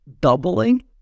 doubling